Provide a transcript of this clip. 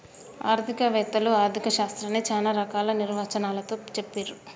ఆర్థిక వేత్తలు ఆర్ధిక శాస్త్రాన్ని చానా రకాల నిర్వచనాలతో చెప్పిర్రు